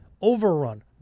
overrun